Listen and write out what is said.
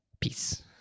Peace